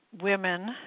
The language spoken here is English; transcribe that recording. women